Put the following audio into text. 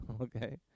okay